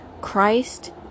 Christ